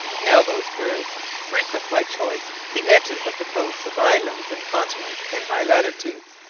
now those birds frequent by choice the edges of the coasts of islands and continents in high latitudes,